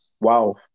Wow